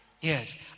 yes